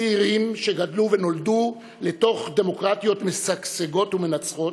צעירים שגדלו ונולדו לתוך דמוקרטיות משגשגות ומנצחות,